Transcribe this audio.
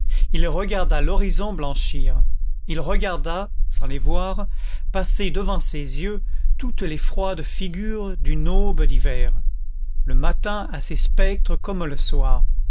il regarda l'horizon blanchir il regarda sans les voir passer devant ses yeux toutes les froides figures d'une aube d'hiver le matin a ses spectres comme le soir